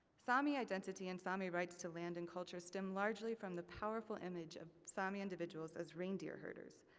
sami identity and sami rights to land and culture stem largely from the powerful image of sami individuals as reindeer herders.